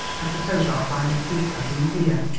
i suppose i'll find the tea-caddy in here.